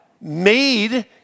made